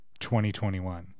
2021